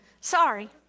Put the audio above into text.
Sorry